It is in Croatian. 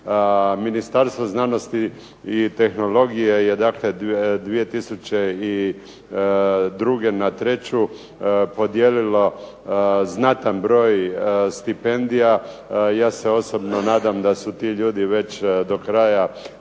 Ministarstvo znanosti i tehnologije je dakle 2002. na 2003. podijelilo znatan broj stipendija, ja se osobno nadam da su ti ljudi već do kraja